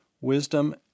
wisdom